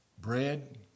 bread